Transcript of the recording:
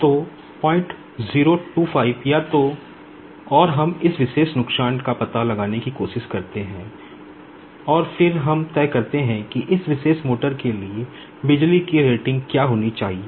तो 0025 या तो और हम इस विशेष नुकसान का पता लगाने की कोशिश करते हैं और फिर हम तय करते हैं कि इस विशेष मोटर के लिए बिजली की रेटिंग क्या होनी चाहिए